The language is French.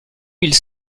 mille